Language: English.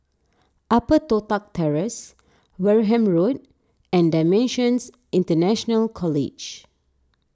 Upper Toh Tuck Terrace Wareham Road and Dimensions International College